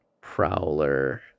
Prowler